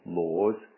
laws